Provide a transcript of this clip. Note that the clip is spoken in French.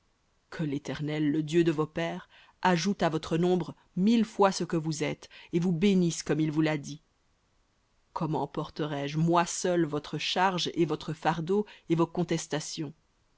que l'éternel le dieu de vos pères ajoute à votre nombre mille fois ce que vous êtes et vous bénisse comme il vous l'a dit comment porterais-je moi seul votre charge et votre fardeau et vos contestations